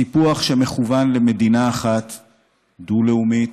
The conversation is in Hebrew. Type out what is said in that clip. סיפוח שמכוון למדינה אחת דו-לאומית,